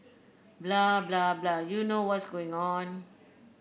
blah blah blah you know what's going on